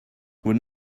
would